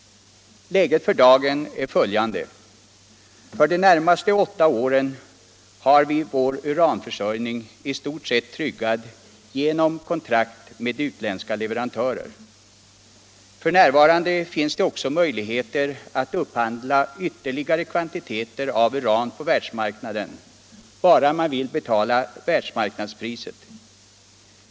Läget för dagen är följande. För de närmaste åtta åren har vi vår uranförsörjning i stort sett tryggad genom kontrakt med utländska leverantörer. F. n. finns det också möjligheter att upphandla ytterligare kvantiteter av uran på världsmarknaden, bara man vill betala världsmarknadspriset.